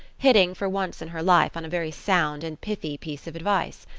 hitting for once in her life on a very sound and pithy piece of advice.